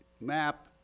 map